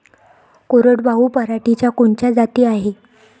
कोरडवाहू पराटीच्या कोनच्या जाती हाये?